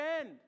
end